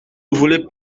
voulez